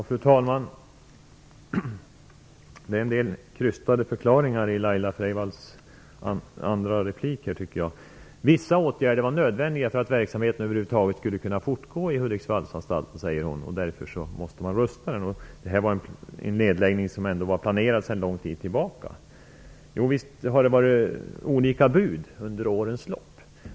Fru talman! Det är en del krystade förklaringar i Laila Freivalds replik, tycker jag. Vissa åtgärder var nödvändiga för att verksamheten över huvud taget skulle kunna fortgå på Hudiksvallsanstalten, säger hon. Därför måste man rusta den. Detta är en nedläggning som planerats sedan lång tid tillbaka, säger hon också. Det har funnits olika bud under årens lopp.